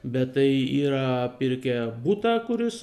bet tai yra pirkę butą kuris